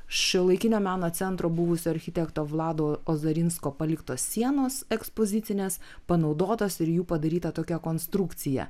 šiuolaikinio meno centro buvusio architekto vlado ozarinsko paliktos sienos ekspozicinės panaudotas ir jų padaryta tokia konstrukcija